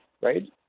right